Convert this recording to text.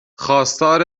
خواستار